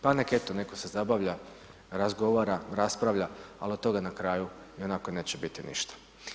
Pa neka eto, neko se zabavlja, razgovara, raspravlja, ali od toga na kraju ionako neće biti ništa.